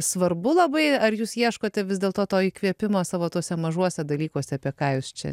svarbu labai ar jūs ieškote vis dėlto to įkvėpimo savo tuose mažuose dalykuose apie ką jūs čia